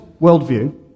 worldview